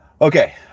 Okay